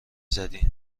زدین